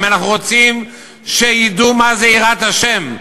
אם אנחנו רוצים שידעו מה זה יראת השם,